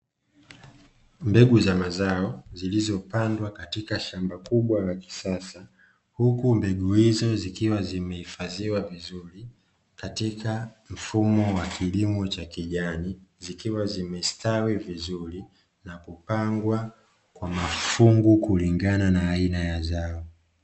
Mbegu za mazao zilizopandwa katika shamba kubwa la kisasa, huku mbegu hizo zikiwa zimehifadhiwa vizuri, katika mfumo wa kilimo cha kijani, zikiwa zimestawi vizuri na kupangwa kwa mafungu kulingana na aina ya zao.